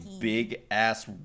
big-ass